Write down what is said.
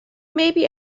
maybe